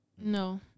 No